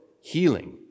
healing